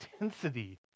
intensity